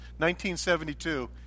1972